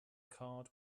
card